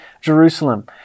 Jerusalem